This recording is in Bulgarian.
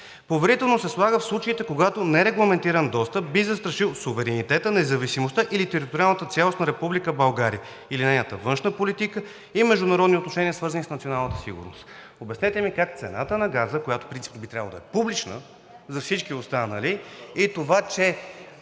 „Поверително“ се слага в случаите, когато нерегламентиран достъп би застрашил суверенитета, независимостта или териториалната цялост на Република България или нейната външна политика и международни отношения, свързани с националната сигурност.“ Обяснете ми как цената на газа, която по принцип би трябвало да е публична за всички останали, и това,